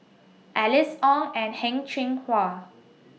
Alice Ong and Heng Cheng Hwa